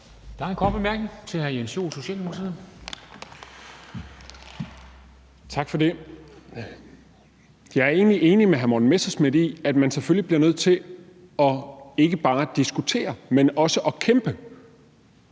Der er en kort bemærkning til hr. Jens Joel, Socialdemokratiet. Kl. 23:08 Jens Joel (S): Tak for det. Jeg er egentlig enig med hr. Morten Messerschmidt i, at man selvfølgelig bliver nødt til ikke bare at diskutere, men også at kæmpe.